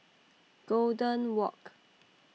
Golden Walk